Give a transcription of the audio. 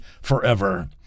forever